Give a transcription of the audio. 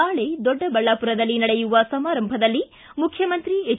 ನಾಳೆ ದೊಡ್ಡಬಳ್ಳಾಪುರದಲ್ಲಿ ನಡೆಯುವ ಸಮಾರಂಭದಲ್ಲಿ ಮುಖ್ಯಮಂತ್ರಿ ಎಚ್